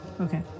Okay